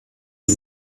die